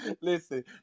Listen